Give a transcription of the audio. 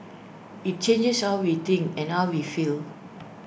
IT changes how we think and how we feel